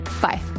Bye